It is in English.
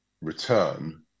Return